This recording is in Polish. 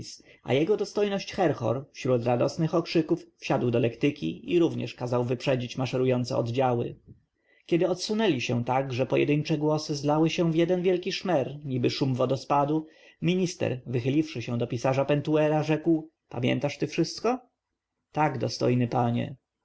a jego dostojność herhor wśród radosnych okrzyków wsiadł do lektyki i również kazał wyprzedzić maszerujące oddziały kiedy odsunęli się tak że pojedyńcze głosy zlały się w jeden wielki szmer niby szum wodospadu minister wychyliwszy się do pisarza pentuera rzekł pamiętasz ty wszystko tak dostojny panie